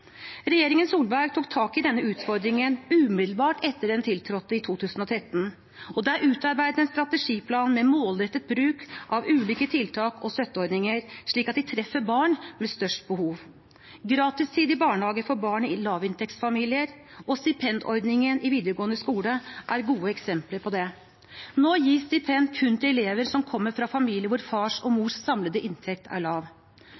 Regjeringen Solberg tok tak i denne utfordringen umiddelbart etter at den tiltrådte i 2013, og det er utarbeidet en strategiplan med målrettet bruk av ulike tiltak og støtteordninger, slik at de treffer barn med størst behov. Gratistid i barnehage for barn i lavinntektsfamilier og stipendordningen i videregående skole er gode eksempler på det. Nå gis stipend kun til elever som kommer fra familier hvor fars og mors samlede inntekt er lav.